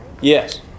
Yes